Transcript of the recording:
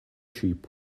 sheep